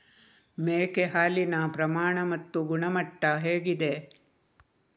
ಮೇಕೆ ಹಾಲಿನ ಪ್ರಮಾಣ ಮತ್ತು ಗುಣಮಟ್ಟ ಹೇಗಿದೆ?